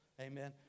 amen